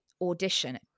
audition